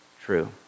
true